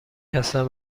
هستن